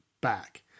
back